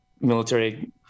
military